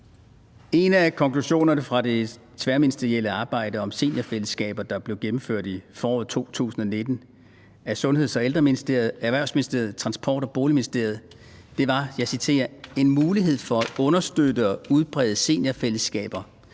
En af konklusionerne fra det tværministerielle arbejde om seniorbofællesskaber, der blev gennemført i foråret 2019 af Sundheds- og Ældreministeriet, Erhvervsministeriet og Transport- og Boligministeriet, var, og jeg citerer: En mulighed for at understøtte og udbrede seniorbofællesskaber